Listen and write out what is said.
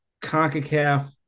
Concacaf